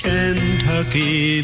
Kentucky